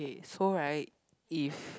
so right if